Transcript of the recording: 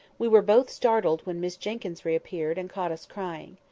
we were both startled when miss jenkyns reappeared, and caught us crying.